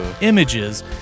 images